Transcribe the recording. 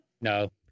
No